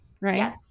right